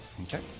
Okay